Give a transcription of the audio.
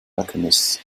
alchemist